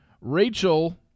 Rachel